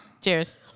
Cheers